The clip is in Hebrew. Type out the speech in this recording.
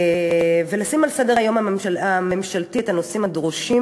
לשים על סדר-היום הממשלתי את הנושאים הדורשים